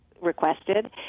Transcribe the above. requested